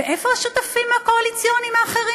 ואיפה השותפים הקואליציוניים האחרים?